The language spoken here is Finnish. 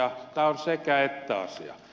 tämä on sekäettä asia